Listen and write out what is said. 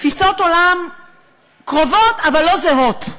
תפיסות עולם קרובות אבל לא זהות.